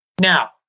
Now